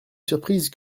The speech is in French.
surprise